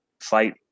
fight